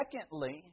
Secondly